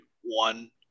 one